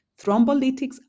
Thrombolytics